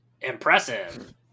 Impressive